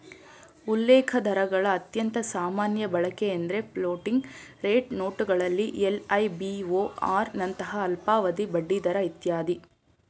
ಉಲ್ಲೇಖದರಗಳ ಅತ್ಯಂತ ಸಾಮಾನ್ಯ ಬಳಕೆಎಂದ್ರೆ ಫ್ಲೋಟಿಂಗ್ ರೇಟ್ ನೋಟುಗಳಲ್ಲಿ ಎಲ್.ಐ.ಬಿ.ಓ.ಆರ್ ನಂತಹ ಅಲ್ಪಾವಧಿ ಬಡ್ಡಿದರ ಇತ್ಯಾದಿ